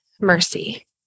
mercy